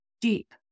deep